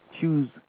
choose